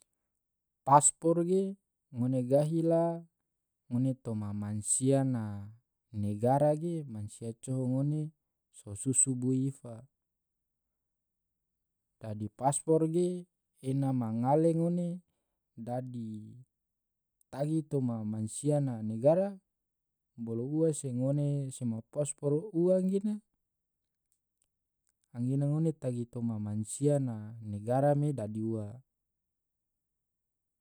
paspor ge ngone gahi la ngone toma mansia na negara ge mansia coho ngone so susu bui ifa, dadi paspor ge ena ma ngale ngone dadi tagi toma mansia na negara, bolo ua se ngone sema paspor ua gena, angge ngone tagi toma mansia na negara me dadi ua.